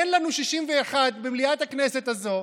אין לנו 61, במליאת הכנסת הזאת,